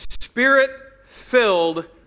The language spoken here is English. spirit-filled